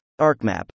ArcMap